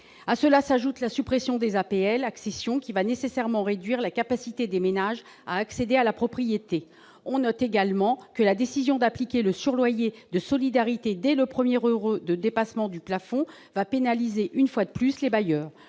À cela s'ajoute la suppression des APL-accession, qui réduira nécessairement la capacité des ménages à accéder à la propriété. Nous faisons également observer que la décision d'appliquer le surloyer de solidarité dès le premier euro de dépassement du plafond pénalisera, une fois de plus, les bailleurs.